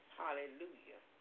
hallelujah